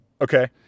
Okay